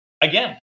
again